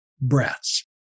breaths